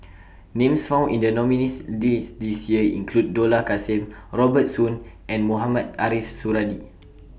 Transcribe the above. Names found in The nominees' list This Year include Dollah Kassim Robert Soon and Mohamed Ariff Suradi